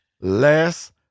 less